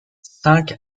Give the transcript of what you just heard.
cinq